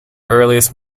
earliest